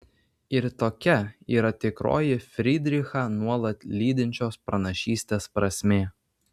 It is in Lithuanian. ir tokia yra tikroji frydrichą nuolat lydinčios pranašystės prasmė